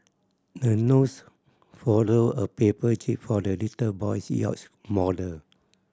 the nurse folded a paper jib for the little boy's yacht model